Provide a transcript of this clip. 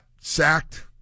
sacked